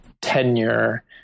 tenure